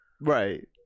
Right